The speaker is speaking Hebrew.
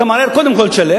אתה מערער, קודם כול תשלם.